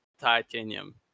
titanium